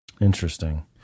Interesting